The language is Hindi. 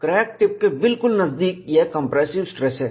और क्रैक टिप के बिल्कुल नजदीक यह कंप्रेसिव स्ट्रेस है